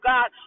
God